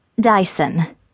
Dyson